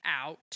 out